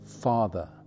Father